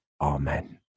amen